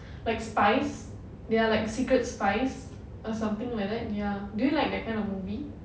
like spies they are like secret spies or something like that ya do you like that kind of movie